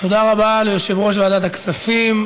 תודה רבה ליושב-ראש ועדת הכספים.